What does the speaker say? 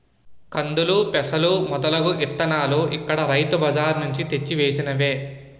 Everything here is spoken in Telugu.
కందులు, పెసలు మొదలగు ఇత్తనాలు ఇక్కడ రైతు బజార్ నుంచి తెచ్చి వేసినవే